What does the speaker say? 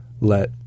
let